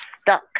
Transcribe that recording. stuck